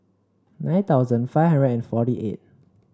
nine thousand five hundred and forty eight